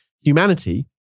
humanity